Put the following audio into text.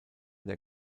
der